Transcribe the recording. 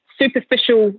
superficial